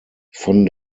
von